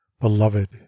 beloved